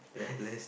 less